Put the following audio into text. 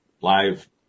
live